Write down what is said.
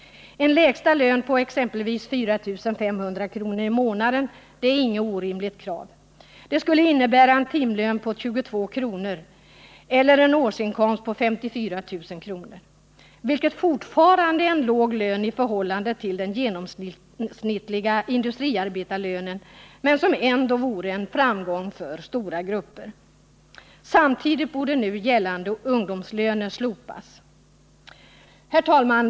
En lägsta lön på exempelvis 4 500 kr. i månaden är inget orimligt krav. Det skulle innebära en timlön på 22 kr. eller en årsinkomst på 54 000 kr., vilket fortfarande är en låg lön i förhållande till den genomsnittliga industriarbetarlönen. Det vore ändå en framgång för stora grupper. Samtidigt borde nu gällande ungdomslöner slopas. Herr talman!